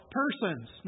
persons